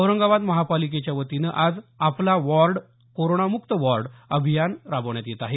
औरंगाबाद महानगरपालिकेच्या वतीनं आज आपला वार्ड कोरोना मुक्त वार्ड अभियान राबवण्यात येत आहे